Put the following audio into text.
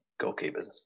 goalkeepers